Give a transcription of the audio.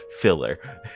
filler